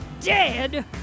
dead